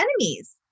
enemies